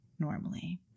normally